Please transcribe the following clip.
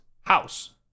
House